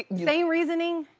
yeah same reasoning?